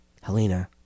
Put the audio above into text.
Helena